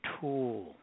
tool